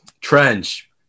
Trench